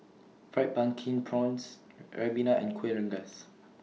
Fried Pumpkin Prawns Ribena and Kueh Rengas